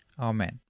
Amen